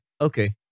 okay